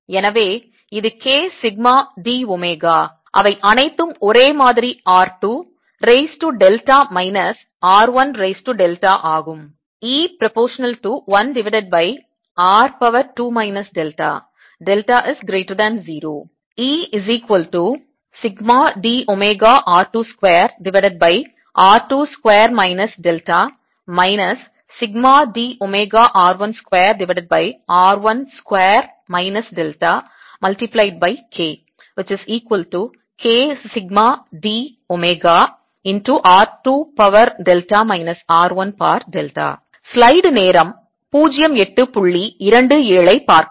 எனவே இது k sigma d omega அவை அனைத்தும் ஒரே மாதிரி r 2 raise to delta minus r 1 raise to delta ஆகும்